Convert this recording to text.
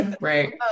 right